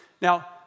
Now